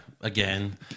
again